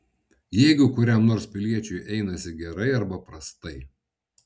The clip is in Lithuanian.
jeigu kuriam nors piliečiui einasi gerai arba prastai